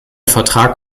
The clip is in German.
vertrag